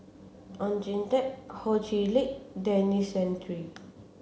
Oon Jin Teik Ho Chee Lick Denis Santry